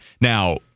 Now